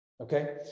Okay